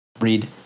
read